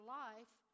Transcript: life